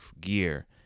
gear